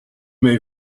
may